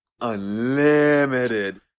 Unlimited